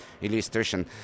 illustration